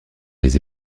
les